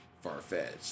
far-fetched